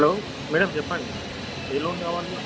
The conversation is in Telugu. హలో మేడం చెప్పండి ఏ లోన్ కావాలి మీ